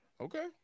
Okay